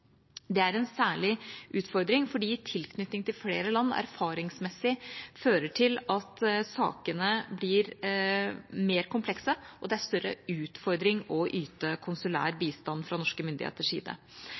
Det er en særlig utfordring fordi tilknytning til flere land erfaringsmessig fører til at sakene blir mer komplekse, og det er en større utfordring å yte konsulær